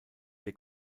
der